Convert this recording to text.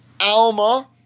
Alma